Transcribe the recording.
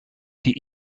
die